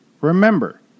Remember